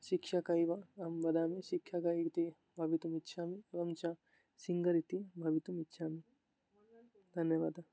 शिक्षकः एव अहं वदामि शिक्षकः इति भवितुमिच्छामि एवं च सिङ्गरिति भवितुमिच्छामि धन्यवादः